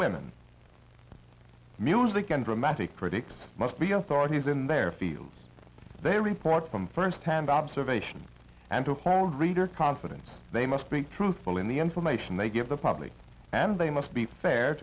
women music and dramatic critics must be authorities in their fields they report from firsthand observation and to hold reader confidence they must be truthful in the information they give the public and they must be fair